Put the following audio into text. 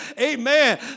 Amen